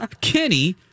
Kenny